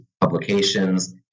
publications